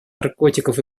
наркотиков